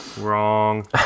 Wrong